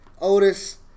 Otis